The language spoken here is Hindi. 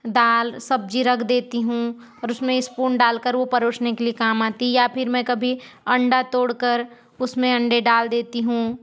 दाल सब्जी रख देती हूँ और उसमें स्पून डालकर वो परोसने के लिए काम आती है या फिर मैं कभी अंडा तोड़कर उसमें अंडे डाल देती हूँ